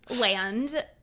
land